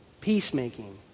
peacemaking